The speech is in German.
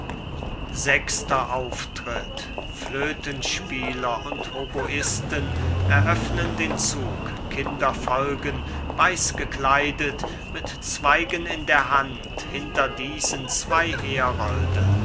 sechster auftritt flötenspieler und hoboisten eröffnen den zug kinder folgen weiß gekleidet mit zweigen in der hand hinter diesen zwei herolde